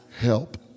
help